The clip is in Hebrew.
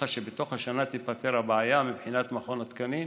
לומר לך שבתוך השנה תיפתר הבעיה מבחינת מכון התקנים,